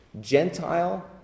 Gentile